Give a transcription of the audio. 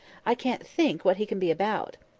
i can't think what he can be about.